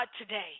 today